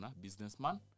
businessman